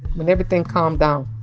when everything calm down.